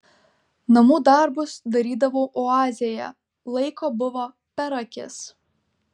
namų darbus darydavau oazėje laiko buvo per akis